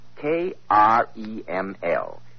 K-R-E-M-L